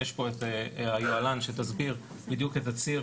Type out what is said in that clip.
יש פה את היוהל”ם שתסביר בדיוק את הציר,